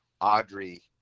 Audrey